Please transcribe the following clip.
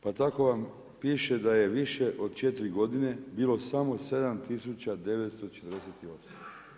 Pa tako vam piše da je više od 4 godine bilo samo 7948.